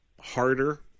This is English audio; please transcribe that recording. harder